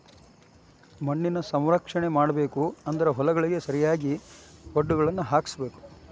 ಮಣ್ಣಿನ ಸಂರಕ್ಷಣೆ ಮಾಡಬೇಕು ಅಂದ್ರ ಹೊಲಗಳಿಗೆ ಸರಿಯಾಗಿ ವಡ್ಡುಗಳನ್ನಾ ಹಾಕ್ಸಬೇಕ